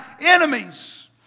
enemies